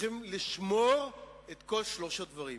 וצריכים לשמור את כל שלושת הדברים.